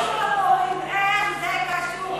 איך זה קשור ל"חמאס"?